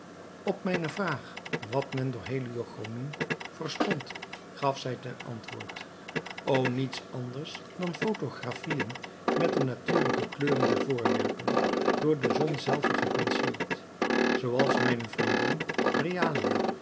op mijne vraag wat men door heliochromien verstond gaf zij ten antwoord o niets anders dan photographien met de natuurlijke kleuren der voorwerpen door de zon zelve gepenseeld zooals mijne vriendin